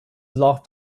laughed